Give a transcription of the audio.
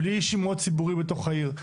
בלי --- ציבורי בתוך העיר.